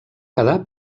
quedar